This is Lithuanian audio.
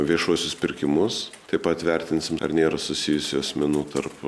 viešuosius pirkimus taip pat vertinsim ar nėra susijusių asmenų tarp